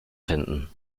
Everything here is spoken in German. finden